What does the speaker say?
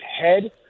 head